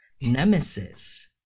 nemesis